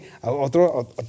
Otro